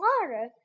water